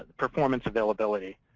ah performance, availability,